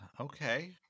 okay